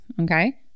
Okay